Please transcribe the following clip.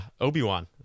Obi-Wan